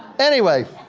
anyway,